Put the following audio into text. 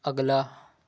اگلا